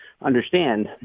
understand